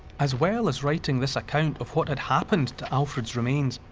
as well as writing this account of what had happened to alfred's remains,